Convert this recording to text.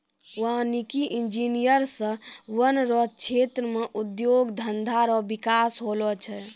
वानिकी इंजीनियर से वन रो क्षेत्र मे उद्योग धंधा रो बिकास होलो छै